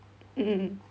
mm